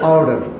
Order